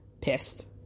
pissed